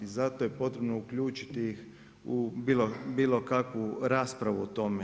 Zato je potrebno uključiti ih u bilo kakvu raspravu o tome.